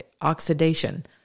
oxidation